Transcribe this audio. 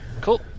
Cool